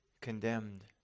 condemned